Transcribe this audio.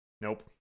Nope